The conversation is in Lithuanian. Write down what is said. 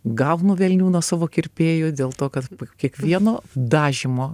gaunu velnių nuo savo kirpėjo dėl to kad po kiekvieno dažymo